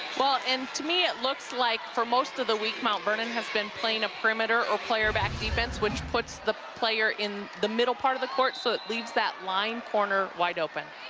well, and, to me, it looks like for most of the week mount vernon has been playing a perimeter or playing back defense which puts the player in the middle part of the court so it leaves that line corner wide opn.